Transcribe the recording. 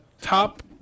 top